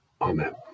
Amen